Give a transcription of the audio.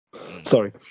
Sorry